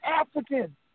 African